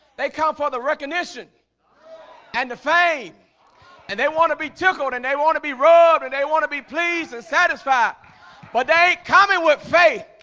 they come for the recognition and the fame and they want to be tickled and they want to be rude and they want to be pleased and satisfied but they coming with faith.